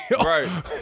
right